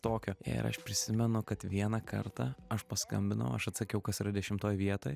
tokio ir aš prisimenu kad vieną kartą aš paskambinau aš atsakiau kas yra dešimtoj vietoj